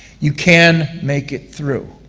you can make it through.